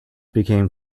became